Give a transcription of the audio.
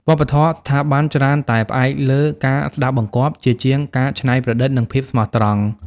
វប្បធម៌ស្ថាប័នច្រើនតែផ្អែកលើ "ការស្ដាប់បង្គាប់" ជាជាង "ការច្នៃប្រឌិត និងភាពស្មោះត្រង់"។